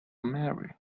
marry